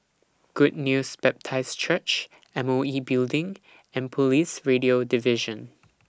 Good News Baptist Church M O E Building and Police Radio Division